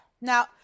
now